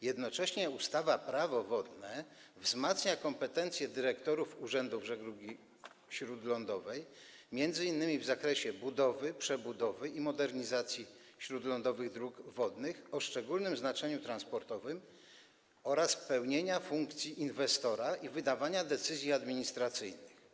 Jednocześnie ustawa Prawo wodne wzmacnia kompetencje dyrektorów urzędów żeglugi śródlądowej, m.in. w zakresie budowy, przebudowy i modernizacji śródlądowych dróg wodnych o szczególnym znaczeniu transportowym oraz pełnienia funkcji inwestora i wydawania decyzji administracyjnych.